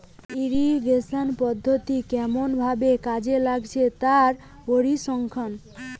irrigation পদ্ধতি কেমন ভাবে কাজে লাগছে তার পরিসংখ্যান